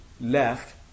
left